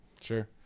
Sure